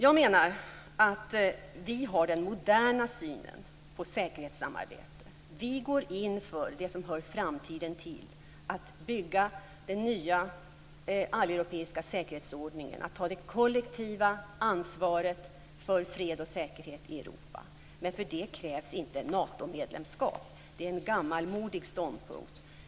Jag menar att vi har den moderna synen på säkerhetssamarbete. Vi går in för det som hör framtiden till, att bygga den nya alleuropeiska säkerhetsordningen och att ta det kollektiva ansvaret för fred och säkerhet i Europa. Men för det krävs inte Natomedlemskap. Det är en gammalmodig ståndpunkt.